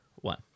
one